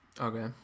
okay